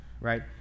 right